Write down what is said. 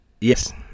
Yes